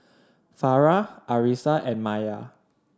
Farah Arissa and Maya